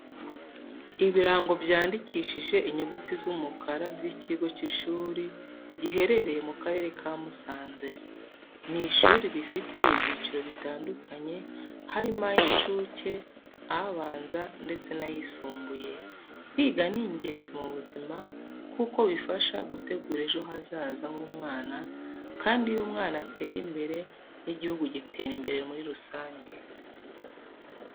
Ibirango byandikishije inyuguti z'umukara by'ikigo cy'ishuri giherereye mu karere ka Musanze. Ni ishuri rifite ibyiciro bitandukanye harimo ay'incuke, abanza ndetse n'ayisumbuye. Kwiga ni ingenzi mu buzima kuko bifasha gutegura ejo hazaza h'umwana kandi iyo umwana ateye imbere n'igihugu gitera imbere muri rusange.